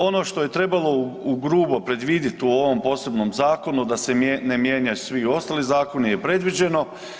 Ono što je trebalo ugrubo predvidjeti u ovom posebnom zakonu, da se ne mijenjaju svi ostali zakoni, nije predviđeno.